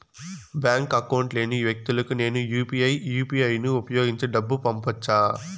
Bank account లేని వ్యక్తులకు నేను యు పి ఐ యు.పి.ఐ ను ఉపయోగించి డబ్బు పంపొచ్చా?